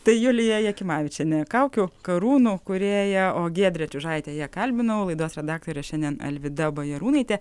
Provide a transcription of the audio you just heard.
tai julija jakimavičienė kaukių karūnų kūrėja o giedrė čiužaitė ją kalbinau laidos redaktorė šiandien alvyda bajarūnaitė